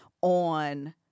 on